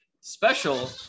special